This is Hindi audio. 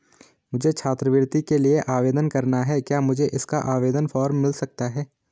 मुझे छात्रवृत्ति के लिए आवेदन करना है क्या मुझे इसका आवेदन फॉर्म मिल सकता है?